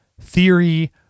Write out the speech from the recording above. theory